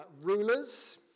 rulers